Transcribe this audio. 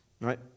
right